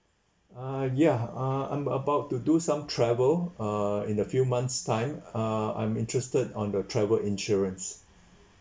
uh ya uh I'm about to do some travel uh in the few months time uh I'm interested on the travel insurance